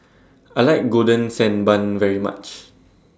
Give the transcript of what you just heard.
I like Golden Sand Bun very much